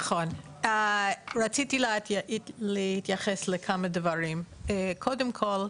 כן, שלום, רציתי להתייחס לכמה דברים קודם כל,